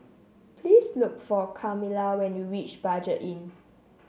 please look for Kamilah when you reach Budget Inn